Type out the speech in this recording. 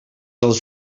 als